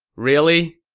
really?